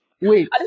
wait